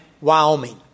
Wyoming